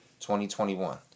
2021